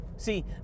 See